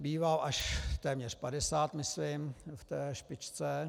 Býval až téměř 50, myslím, v té špičce.